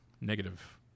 negative